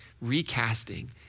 recasting